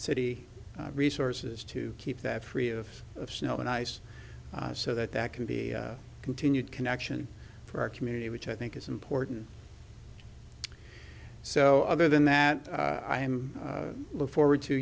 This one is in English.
city resources to keep that free of of snow and ice so that that can be continued connection for our community which i think is important so either than that i am look forward to